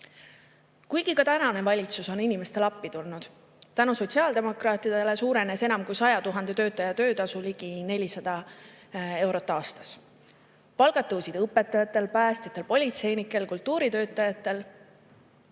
Kuigi ka tänane valitsus on inimestele appi tulnud. Tänu sotsiaaldemokraatidele suurenes enam kui 100 000 töötaja töötasu ligi 400 eurot aastas. Palgad tõusid õpetajatel, päästjatel, politseinikel, kultuuritöötajatel.